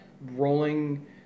Rolling